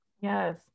Yes